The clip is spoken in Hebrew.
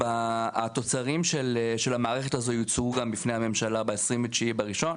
התוצרים של המערכת הזו יוצגו גם בפני הממשלה ב-29 בינואר,